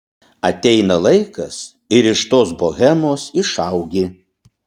ateina laikas ir iš tos bohemos išaugi